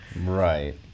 Right